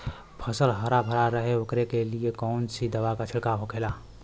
फसल हरा भरा रहे वोकरे लिए कौन सी दवा का छिड़काव होखेला?